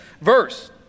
verse